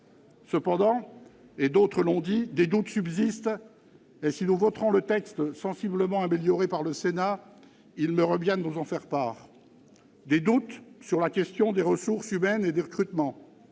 Cependant, des doutes subsistent et, même si nous voterons le texte sensiblement amélioré par le Sénat, il me revient de vous en faire part. Nous avons des doutes sur la question des ressources humaines et des recrutements.